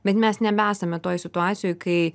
bet mes nebesame toj situacijoj kai